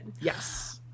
Yes